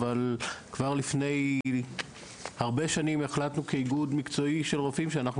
אבל כבר לפני הרבה שנים החלטנו כאיגוד מקצועי של רופאים,